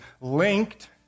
linked